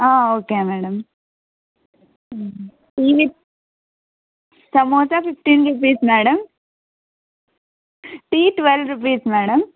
okay madam samosa fifteen rupees madam tea twelve rupees madam